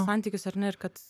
santykius ar ne ir kad